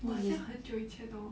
!wah! 很像很久以前 hor